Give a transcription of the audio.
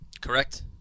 Correct